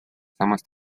samas